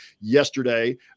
yesterday